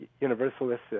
Universalists